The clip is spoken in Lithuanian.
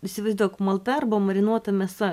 įsivaizduok malta arba marinuota mėsa